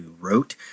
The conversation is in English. wrote